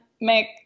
make